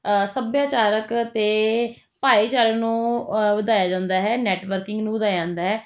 ਸੱਭਿਆਚਾਰਕ ਅਤੇ ਭਾਇਚਾਰੇ ਨੂੰ ਵਧਾਇਆ ਜਾਂਦਾ ਹੈ ਨੈੱਟਵਰਕਿੰਗ ਨੂੰ ਵਧਾਇਆ ਜਾਂਦਾ ਹੈ